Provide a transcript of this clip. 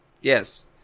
yes